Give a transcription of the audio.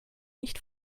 nicht